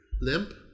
limp